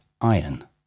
iron